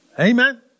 Amen